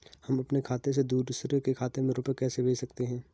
हम अपने खाते से दूसरे के खाते में रुपये कैसे भेज सकते हैं?